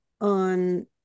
on